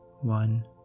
one